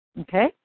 okay